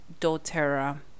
doTERRA